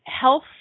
health